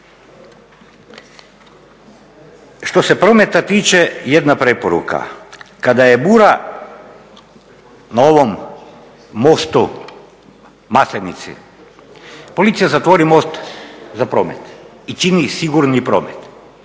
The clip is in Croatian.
Što se prometa tiče jedna preporuka, kada je bura na ovom mostu Maslenici policija zatvori most za promet i čini sigurni promet,